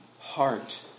heart